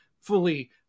fully